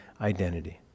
Identity